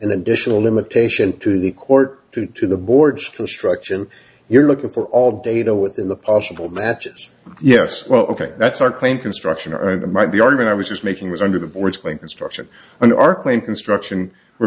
an additional limitation to the court to the board's construction you're looking for all data with the possible matches yes well ok that's our claim construction and i'm right the argument i was just making was under the board's claim construction on our claim construction we're